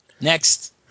next